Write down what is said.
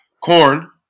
Corn